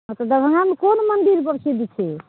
हँ तऽ दरभंगामे कोन मन्दिर प्रसिद्ध छै